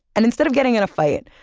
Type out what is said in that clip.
and instead of getting in a fight,